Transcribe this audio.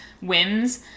whims